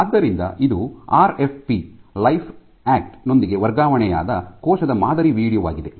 ಆದ್ದರಿಂದ ಇದು RFP Lifeact ನೊಂದಿಗೆ ವರ್ಗಾವಣೆಯಾದ ಕೋಶದ ಮಾದರಿ ವೀಡಿಯೊ ಆಗಿದೆ